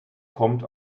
kommt